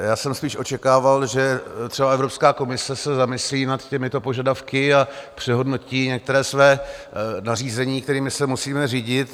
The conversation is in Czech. Já jsem spíš očekával, že třeba Evropská komise se zamyslí nad těmito požadavky, a přehodnotí některá svá nařízení, kterými se musíme řídit.